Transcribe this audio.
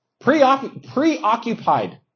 Preoccupied